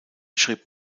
schrieb